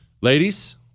Ladies